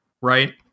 right